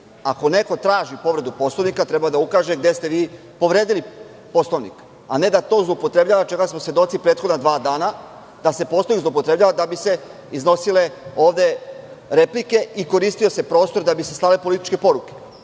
Ako neko traži povredu Poslovnika treba da ukaže gde ste povredili Poslovnik, a ne da to zloupotrebljava, čega smo svedoci prethodna dva dana, da se Poslovnik zloupotrebljava da bi se ovde iznosile replike i koristio se prostor da bi se slale političke poruke.